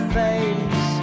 face